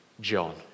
John